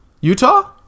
Utah